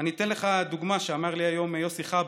אני אתן לך דוגמה שאמר לי היום יוסי כברה,